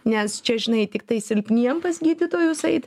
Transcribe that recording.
nes čia žinai tiktai silpniem pas gydytojus eit